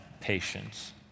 patience